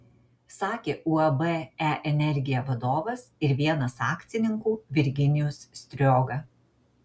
sakė uab e energija vadovas ir vienas akcininkų virginijus strioga